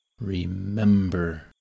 Remember